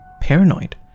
paranoid